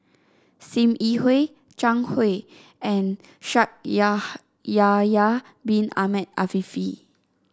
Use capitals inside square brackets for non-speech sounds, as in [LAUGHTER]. Sim Yi Hui Zhang Hui and Shaikh [UNINTELLIGIBLE] Yahya Bin Ahmed Afifi